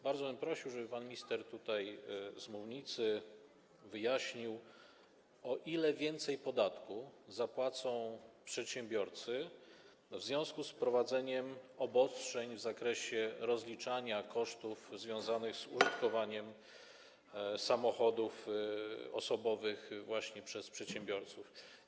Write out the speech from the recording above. Bardzo bym prosił, żeby pan minister z mównicy wyjaśnił, o ile więcej podatku zapłacą przedsiębiorcy w związku z wprowadzeniem obostrzeń w zakresie rozliczania kosztów związanych z użytkowaniem samochodów osobowych przez przedsiębiorców.